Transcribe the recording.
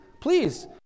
please